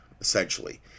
essentially